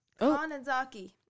Kanazaki